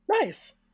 Nice